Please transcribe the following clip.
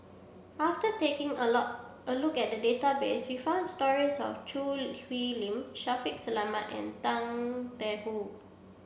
after taking a a look at the database we found stories of Choo Hwee Lim Shaffiq Selamat and Tang Da Wu